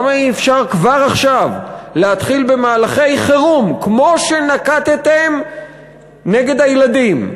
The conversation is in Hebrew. למה אי-אפשר כבר עכשיו להתחיל במהלכי חירום כמו שנקטתם נגד הילדים,